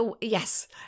yes